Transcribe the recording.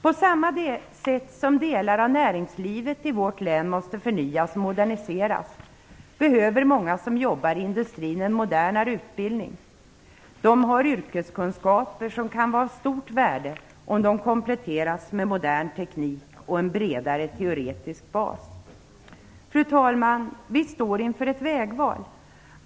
På samma sätt som delar av näringslivet i vårt län måste förnyas och moderniseras behöver många som jobbar i industrin en modernare utbildning. De har yrkeskunskaper som kan vara av stort värde om de kompletteras med modern teknik och en bredare teoretisk bas. Fru talman! Vi står inför ett vägval.